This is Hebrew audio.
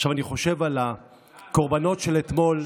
אני חושב על הקורבנות של אתמול,